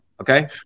okay